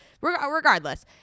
Regardless